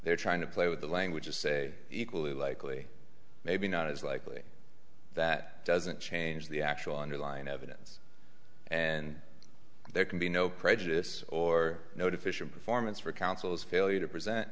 they're trying to play with the language just say equally likely maybe not as likely that doesn't change the actual underlying evidence and there can be no prejudice or no deficient performance for counsel's failure to present